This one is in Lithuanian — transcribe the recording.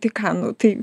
tai ką nu tai